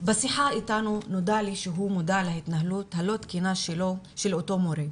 בשיחה איתנו נודע לי שהוא מודע להתנהלות הלא תקינה של אותו מורה,